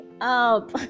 up